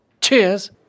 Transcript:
Cheers